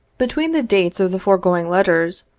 between the dates of the foregoing letters,